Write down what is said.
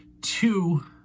two